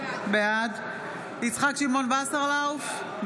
בעד יצחק שמעון וסרלאוף,